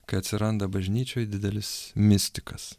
kai atsiranda bažnyčioj didelis mistikas